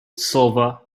silver